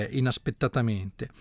inaspettatamente